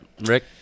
Rick